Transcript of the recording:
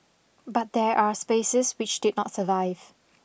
but there are spaces which did not survive